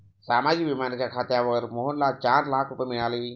सामाजिक विम्याच्या खात्यावर मोहनला चार लाख रुपये मिळाले